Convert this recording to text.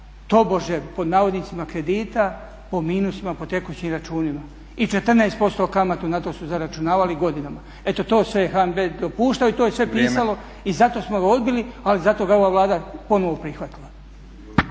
tobože "kredita" po minusima, po tekućim računima i 14% kamatu su na to zaračunavali godinama. Eto to sve je HNB dopuštao i to je sve pisali i zato smo ga odbili, ali zato ga je ova Vlada ponovno prihvatila.